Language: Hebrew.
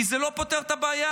כי זה לא פותר את הבעיה.